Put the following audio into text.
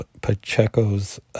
Pacheco's